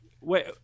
wait